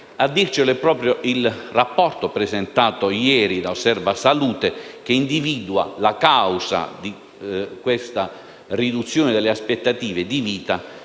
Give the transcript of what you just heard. A dircelo è proprio il rapporto presentato ieri da Osservasalute, che individua la causa di questa riduzione delle aspettative di vita